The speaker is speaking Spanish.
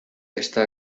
está